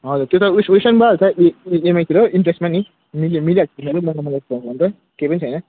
हजुर त्यो त उसमा भइहाल्छ इएमआईतिर इन्ट्रेस्टमा नि मिली मिलिहाल्छ नि केही पनि छैन